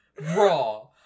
raw